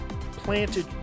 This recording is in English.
planted